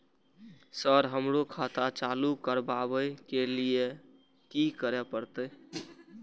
Sir हमरो खाता चालू करबाबे के ली ये की करें परते?